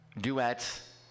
duets